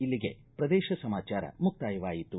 ಇಲ್ಲಿಗೆ ಪ್ರದೇಶ ಸಮಾಚಾರ ಮುಕ್ತಾಯವಾಯಿತು